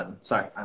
Sorry